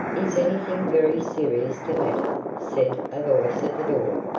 is anything very serious the matter? said a voice at the door.